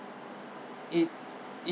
it it